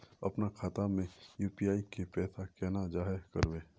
अपना खाता में यू.पी.आई के पैसा केना जाहा करबे?